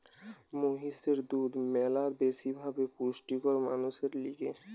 মহিষের দুধ ম্যালা বেশি ভাবে পুষ্টিকর মানুষের লিগে